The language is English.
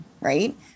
Right